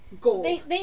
gold